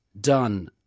done